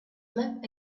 left